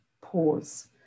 pause